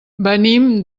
venim